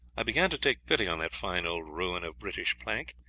i began to take pity on that fine old ruin of british plank,